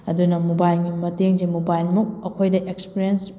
ꯑꯗꯨꯅ ꯃꯣꯕꯥꯏꯜꯒꯤ ꯃꯇꯦꯡꯁꯦ ꯃꯣꯕꯥꯏꯜꯃꯨꯛ ꯑꯩꯈꯣꯏꯗ ꯑꯦꯛꯁꯄ꯭ꯔꯦꯟꯁ